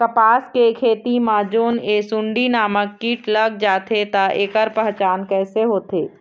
कपास के खेती मा जोन ये सुंडी नामक कीट लग जाथे ता ऐकर पहचान कैसे होथे?